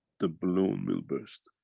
the balloon will burst.